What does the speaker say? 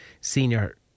senior